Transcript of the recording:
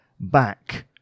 back